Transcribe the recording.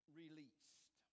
released